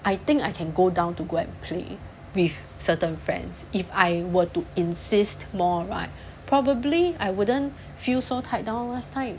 I think I can go down to go and play with certain friends if I were to insist more right probably I wouldn't feel so tied down last time